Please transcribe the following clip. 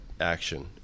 action